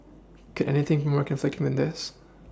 could anything be more conflicting than this